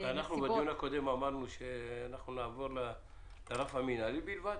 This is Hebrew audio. האם בדיון הקודם אמרנו שנעבור לרף המינהלי בלבד?